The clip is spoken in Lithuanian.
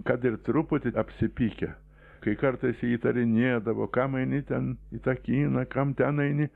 kad ir truputį apsipykę kai kartais ji įtarinėdavo kam eini ten į tą kiną kam ten eini